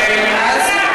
ואז,